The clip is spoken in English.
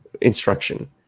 instruction